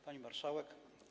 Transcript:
Pani Marszałek!